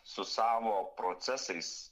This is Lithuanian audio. su savo procesais